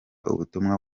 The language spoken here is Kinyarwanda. ubutumwa